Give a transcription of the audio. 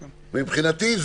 מבחינתי,